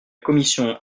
commission